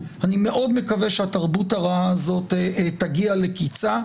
אני מאוד מקווה שהתרבות הרעה הזאת תגיע לקיצה.